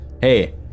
hey